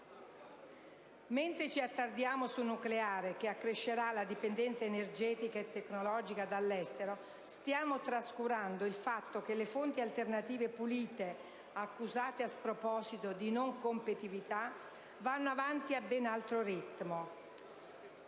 Mentre ci attardiamo su un nucleare che accrescerà la dipendenza energetica e tecnologica dall'estero, stiamo trascurando il fatto che le fonti alternative pulite, accusate a sproposito di non competitività, vanno avanti a ben altro ritmo.